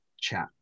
chat